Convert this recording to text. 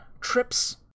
Trips